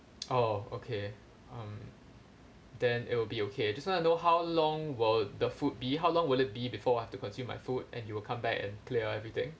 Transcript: oh okay um then it will be okay I just want to know how long will the food be how long will it be before I have to consume my food and you will come back and clear everything